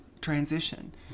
transition